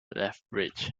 lethbridge